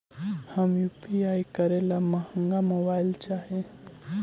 हम यु.पी.आई करे ला महंगा मोबाईल चाही?